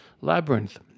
Labyrinth